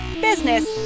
business